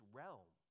realm